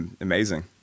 amazing